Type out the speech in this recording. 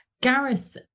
gareth